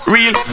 Real